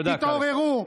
תתעוררו.